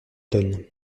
donne